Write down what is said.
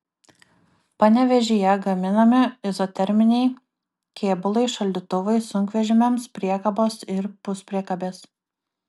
panevėžyje gaminami izoterminiai kėbulai šaldytuvai sunkvežimiams priekabos ir puspriekabės